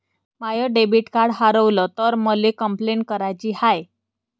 माय debit card हारवल तर मले कंपलेंट कराची हाय